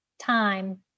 time